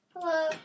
Hello